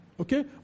okay